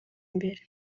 imbere